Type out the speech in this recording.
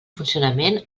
funcionament